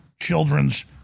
children's